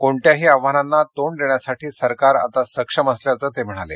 कोणत्याही आव्हानांना तोंड देण्यासाठी सरकार आता सक्षम असल्याचं ते म्हणाले